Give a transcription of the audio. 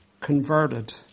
converted